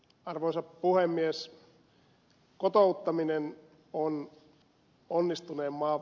arvoisa puhemies